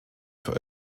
für